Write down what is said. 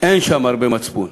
אין שם הרבה מצפון.